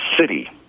city